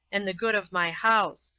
and the good of my house,